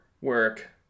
work